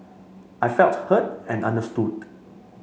I felt heard and understood